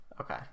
Okay